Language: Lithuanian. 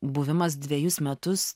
buvimas dvejus metus